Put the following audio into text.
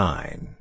Nine